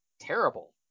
terrible